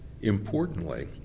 Importantly